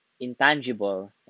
intangible